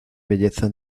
belleza